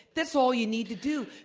that's all you need to do.